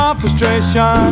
frustration